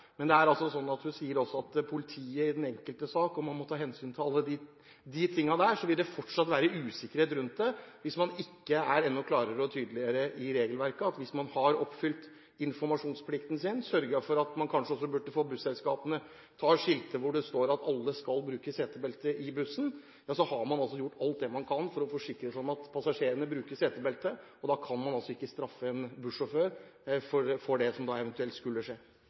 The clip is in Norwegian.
Hun sier også at politiet i den enkelte sak må ta hensyn til alle de tingene. Men det vil fortsatt være usikkerhet rundt det hvis man i regelverket ikke er enda klarere og tydeligere på at hvis man har oppfylt informasjonsplikten sin – kanskje burde man sørge for at busselskapene har skilt hvor det står at alle skal bruke setebelte i bussen – og gjort alt man kan for å forsikre seg om at passasjerene bruker setebelte, kan man ikke straffe en sjåfør for det som da eventuelt skulle skje.